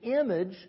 image